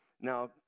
Now